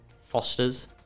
Fosters